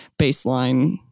baseline